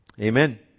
Amen